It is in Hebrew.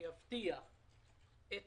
שיבטיח את